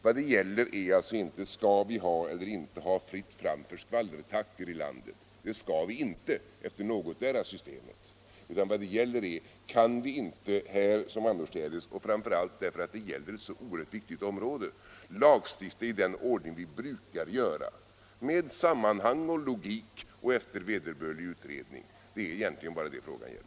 Vad det gäller är alltså inte: Skall vi eller skall vi inte ha fritt fram för skvallertackor i vårt land? Det skall vi inte ha enligt någotdera systemet, utan vad det gäller är om vi inte i detta liksom andra fall kan — framför allt därför att det gäller ett så oerhört viktigt område — lagstifta i den ordning som vi brukar följa, dvs. med sammanhang och logik och efter vederbörlig utredning? Det är egentligen bara det frågan gäller.